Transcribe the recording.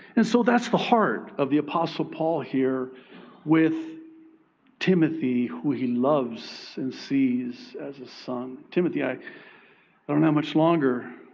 and so that's the heart of the apostle paul here with timothy, who he loves and sees as a son. timothy, i don't have much longer.